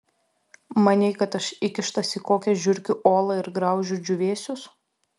manei kad aš įkištas į kokią žiurkių olą ir graužiu džiūvėsius